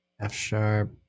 F-sharp